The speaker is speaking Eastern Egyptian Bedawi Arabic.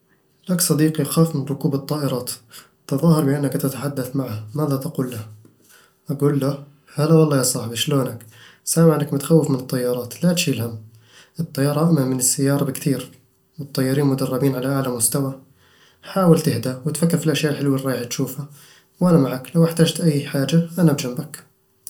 لك صديق يخاف من ركوب الطائرات. تظاهر بأنك تتحدث معه. ماذا تقول له؟ أقول له: "هلا والله يا صاحبي، شلونك؟ سامع إنك متخوف من الطيارات، لا تشيل هم. الطيارة أأمن من السيارة بكتير، والطيارين مدربين على أعلى مستوى حاول تهدأ وتفكر في الأشياء الحلوة اللي رايح تشوفها "وأنا معك ، لو احتجت أي حاجة أنا بجنبك